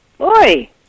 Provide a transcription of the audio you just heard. Oi